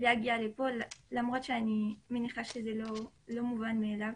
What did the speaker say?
להגיע לכאן למרות שאני מניחה שזה לא מובן מאליו.